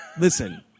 Listen